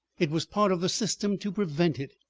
it was part of the system to prevent it.